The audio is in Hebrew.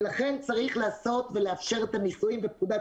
לכן צריך לעשות ולאפשר את הניסויים ופקודת